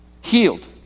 healed